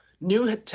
new